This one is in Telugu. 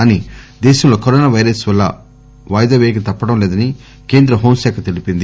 కానీ దేశంలో కరోనావైరస్ వల్ల వాయిదా పేయక తప్పడం లేదని కేంద్ర హోంశాఖ తెలిపింది